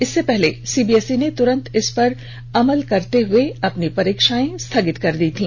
इसके पहले सीबीएसई ने तुरंत इस पर अमल करते हुए अपनी परीक्षाएं स्थगित कर दी थी